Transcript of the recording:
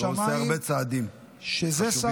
והוא עושה הרבה צעדים חשובים בנושא.